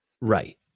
right